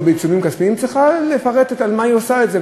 בעיצומים כספיים צריכה לפרט על מה היא עושה את זה,